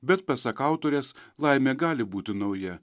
bet pasak autorės laimė gali būti nauja